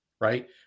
right